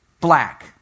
black